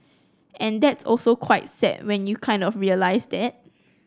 and that's also quite sad when you kind of realise that